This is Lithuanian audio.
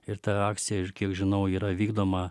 ir ta akcija ir kiek žinau yra vykdoma